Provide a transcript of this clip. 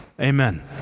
Amen